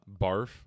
Barf